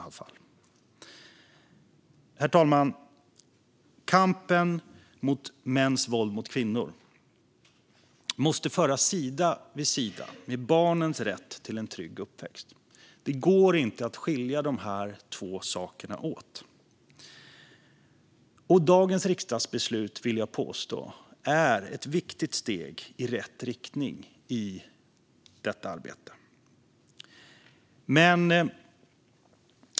Herr talman! Kampen mot mäns våld mot kvinnor måste föras sida vid sida med barnens rätt till en trygg uppväxt. Det går inte att skilja de två sakerna åt. Dagens riksdagsbeslut, vill jag påstå, är ett viktigt steg i rätt riktning i detta arbete.